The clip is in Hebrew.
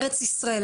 ארץ ישראל.